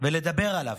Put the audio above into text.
ולדבר עליו.